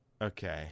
Okay